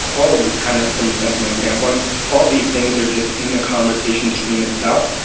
all of this kind of from a sentiment standpoint all these things are just in the conversation stream itself.